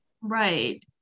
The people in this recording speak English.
right